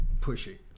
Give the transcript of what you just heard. pushy